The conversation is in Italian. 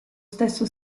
stesso